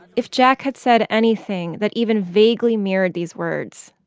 if jack had said anything that even vaguely mirrored these words,